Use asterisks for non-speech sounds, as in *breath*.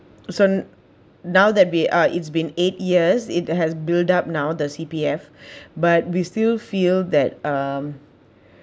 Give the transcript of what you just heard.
so now that we are it's been eight years it has built up now the C_P_F *breath* but we still feel that um